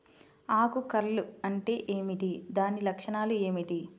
ఆకు కర్ల్ అంటే ఏమిటి? దాని లక్షణాలు ఏమిటి?